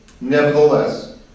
Nevertheless